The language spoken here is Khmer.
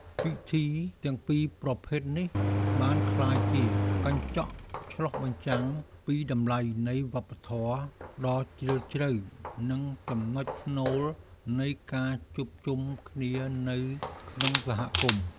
ពិធីទាំងពីរប្រភេទនេះបានក្លាយជាកញ្ចក់ឆ្លុះបញ្ចាំងពីតម្លៃនៃវប្បធម៌ដ៏ជ្រាលជ្រៅ និងជាចំណុចស្នូលនៃការជួបជុំគ្នានៅក្នុងសហគមន៍។